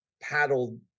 paddled